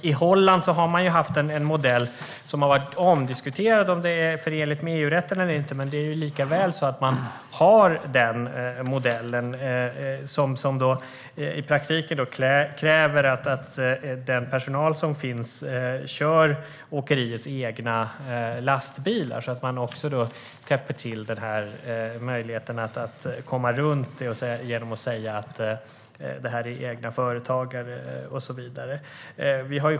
I Holland har man tillämpat en modell som har varit omdiskuterad ifall den är förenlig med EU-rätten eller inte. Men likaväl har man den modellen som i praktiken kräver att personalen kör åkeriets egna lastbilar. Då täpper man till möjligheten att skylla på att det handlar om egna företagare och så vidare.